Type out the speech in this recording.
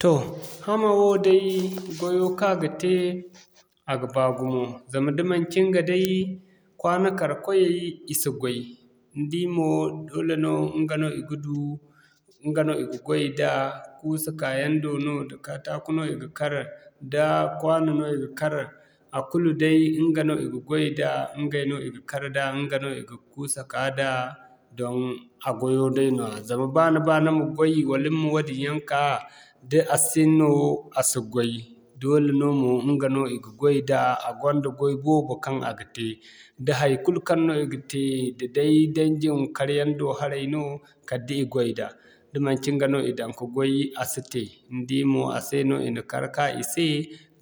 Toh hamma wo day, gwayo kaŋ a ga te i ga baa gumo zama da manci ɲga day kwano kar-kwayay i si goy. Ni di mo, doole no ɲga no i ga du, ɲga no i ga goy da, kuusa ka yaŋ do no, da kaataku no i ga kar, da kwano no i ga kar, a kulu day ɲga no i ga goy da ɲgay no i ga kar da ɲga no i ga kuusa ka da doŋ a gwayo day nooya. Zama ba ni ba ni ma goy, wala ni ma wadin yaŋ ka, da a sino a si goy doole no mo ɲga no i ga goy da, a gonda goy boobo kaŋ a ga te. Da haikulu kaŋ no i ga te da'day dajin kar yaŋ do haray no, kala da i goy da. Da manci ɲga no i daŋ ka goy, a si te ni di mo a se no i na kar ka i se